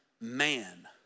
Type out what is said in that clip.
man